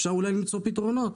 אולי אפשר למצוא פתרונות.